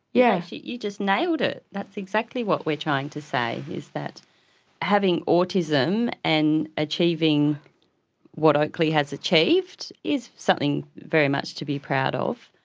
yeah you you just nailed it, that's exactly what we are trying to say, is that having autism and achieving what oakley has achieved is something very much to be proud of.